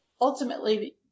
ultimately